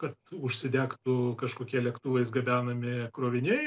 kad užsidegtų kažkokie lėktuvais gabenami kroviniai